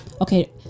okay